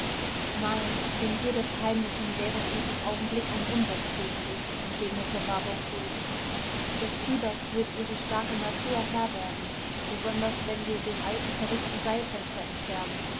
nein denn jede verheimlichung wäre in diesem augenblick ein unrecht gegen dich entgegnete warburg ruhig des fiebers wird ihre starke natur herr werden besonders wenn wir den alten verrückten seiltänzer entfernen